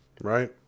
right